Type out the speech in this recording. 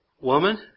woman